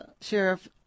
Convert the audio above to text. sheriff